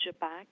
back